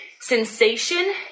sensation